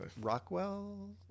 Rockwell